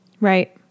Right